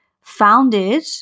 founded